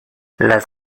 las